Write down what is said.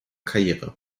karriere